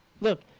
look